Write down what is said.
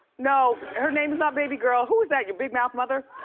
no, her name is not baby girl. who is that, your big mouth mother?